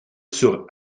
sur